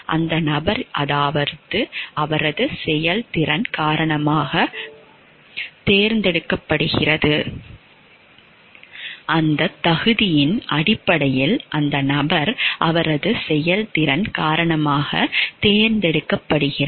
அந்த தகுதியின் அடிப்படையில் அந்த நபர் அவரது செயல்திறன் காரணமாக தேர்ந்தெடுக்கப்படுகிறார்